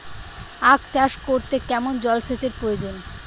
আখ চাষ করতে কেমন জলসেচের প্রয়োজন?